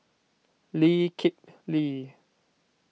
Lee Kip Lee